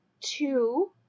two